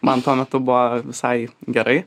man tuo metu buvo visai gerai